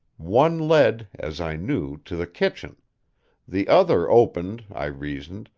one led, as i knew, to the kitchen the other opened, i reasoned,